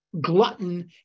Glutton